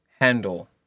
handle